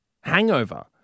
hangover